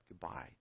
goodbye